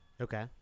Okay